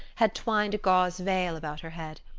had twined a gauze veil about her head.